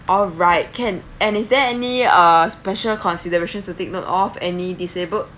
all right can and is there any uh special considerations to take note of any disabled